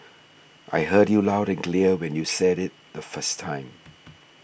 I heard you loud and clear when you said it the first time